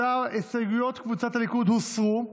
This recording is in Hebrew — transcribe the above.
הסתייגויות קבוצת הליכוד הוסרו,